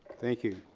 thank you.